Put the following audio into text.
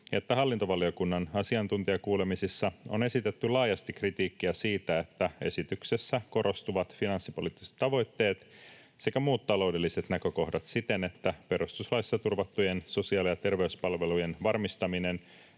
että hallintovaliokunnan asiantuntijakuulemisissa on esitetty laajasti kritiikkiä siitä, että esityksessä korostuvat finanssipoliittiset tavoitteet sekä muut taloudelliset näkökohdat siten, että perustuslaissa turvattujen sosiaali‑ ja terveyspalvelujen varmistaminen